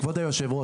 כבוד יושבת הראש,